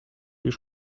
już